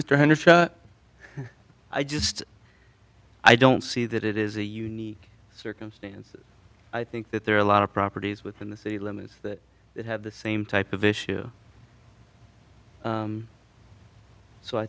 mr hundred i just i don't see that it is a unique circumstance i think that there are a lot of properties within the city limits that it had the same type of issue so i